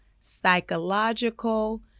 psychological